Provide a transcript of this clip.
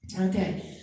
okay